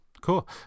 Cool